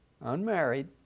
unmarried